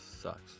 sucks